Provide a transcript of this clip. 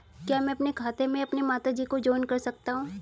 क्या मैं अपने खाते में अपनी माता जी को जॉइंट कर सकता हूँ?